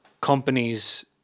companies